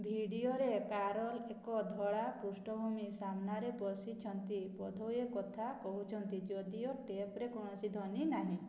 ଭିଡିଓରେ କାରୋଲ୍ ଏକ ଧଳା ପୃଷ୍ଠଭୂମି ସାମ୍ନାରେ ବସିଛନ୍ତି ବୋଧହୁଏ କଥା କହୁଛନ୍ତି ଯଦିଓ ଟେପ୍ରେ କୌଣସି ଧ୍ୱନି ନାହିଁ